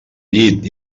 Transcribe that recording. llit